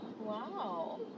Wow